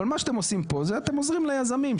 אבל מה שאתם עושים פה, זה שאתם עוזרים ליזמים.